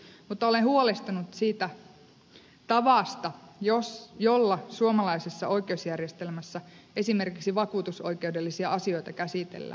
mutta olen huolestunut siitä tavasta jolla suomalaisessa oikeusjärjestelmässä esimerkiksi vakuutusoikeudellisia asioita käsitellään